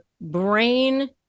brain